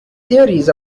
theories